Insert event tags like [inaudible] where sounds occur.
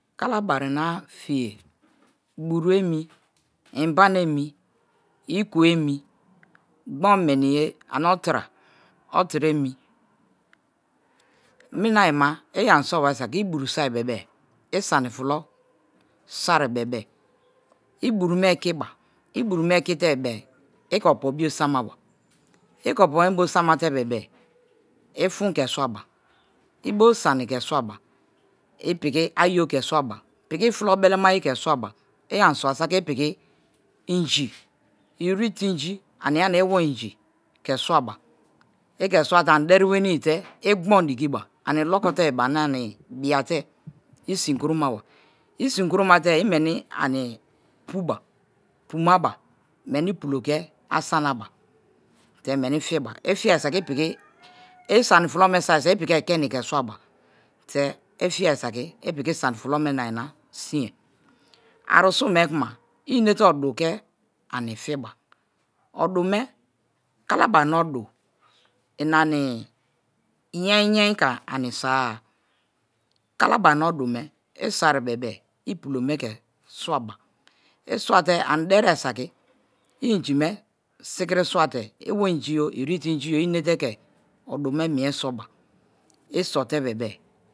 Kalabari na fiye̱, buru omi, imbana emi, iku emi, gbon meni ye ane̱ otira, otira emi. Mani ayima iyani soba saka i̱ buru soi bebe. Isani fulo soari bebe iburu me̱ ekiba iburu me̱ ekite bebe ike opobio sama ike opo mẹ bo samate bebe i̱ fu̱n ke̱ swaba ibo sani ke̱ swaba, i̱ piki ayo ke̱ swaba, piki flo belemaye ke̱ swaba. Iyani swa̱ saki i piki inji irite inji ania-nia iwo inji ke̱ swaba. I ke̱ swate ani deri wenite igbon dikiba, ani lokote-e ane̱ ani biate̱ i sin kuroma ba i̱ si̱n kuro miate i̱ meni ani puba pumaba meni pulo ke̱ asanaba te̱ meni fiba ifiye saki ipiki, [noise] isani fulo me̱ so̱ saki i̱ piki ekeni ke̱ swaba te̱ ifiere saki ipiki sani fulo me̱ na anina sinye. Arusun me̱ kuma i̱ inete odu ke̱ ani fiba odu me̱ kalabarina odu inani yien-yien ke̱ ani soa-a, kalabari [unintelligible] ke̱ swaba i swate ani deriye saki i i̱nji̱ me̱ sikiri swate̱, iwo inji o irite inji i i ete ke̱ odu me̱ mi̱e soba, i sote̱ bebe-e̱.